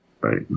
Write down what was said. Right